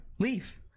leave